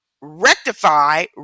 rectify